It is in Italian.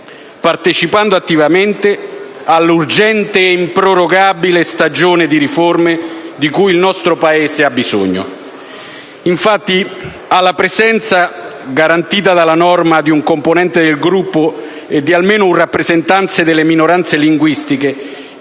partecipando attivamente all'urgente ed improrogabile stagione di riforme di cui il nostro Paese ha bisogno. Infatti, oltre alla presenza, garantita dalla norma, di un componente del Gruppo e di almeno un rappresentante delle minoranze linguistiche